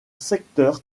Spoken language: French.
secteur